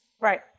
Right